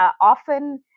often